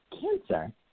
cancer